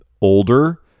older